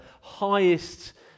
highest